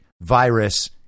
virus